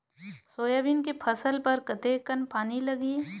Soybean के फसल बर कतेक कन पानी लगही?